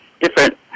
different